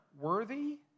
worthy